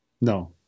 no